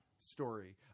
Story